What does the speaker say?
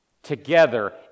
together